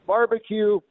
Barbecue